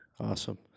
Awesome